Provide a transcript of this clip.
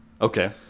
Okay